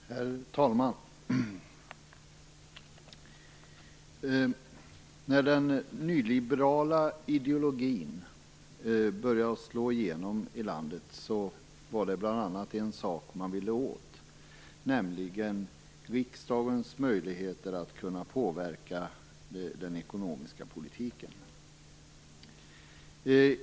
Herr talman! När den nyliberala ideologin började slå igenom i landet var det bl.a. en sak som man ville åt, nämligen riksdagens möjligheter att påverka den ekonomiska politiken.